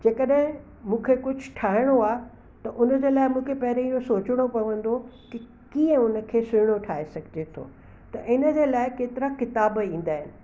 जेकॾहिं मूंखे कुझु ठाहिणो आहे त उन जे लाइ मूंखे पहिरीं इहो सोचिणो पवंदो की कीअं उन खे सुहिणो ठाहे सघिजे थो त इन जे लाइ केतिरा किताब ईंदा आहिनि